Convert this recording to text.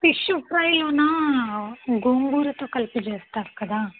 fish ఫ్రైయేనా గోంగూరతో కలిపి చేస్తారు కదా